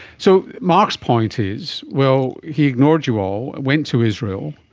so mark's point is, well, he ignored you all, went to israel,